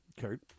Kurt